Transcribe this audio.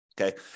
Okay